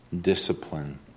Discipline